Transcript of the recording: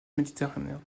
méditerranéens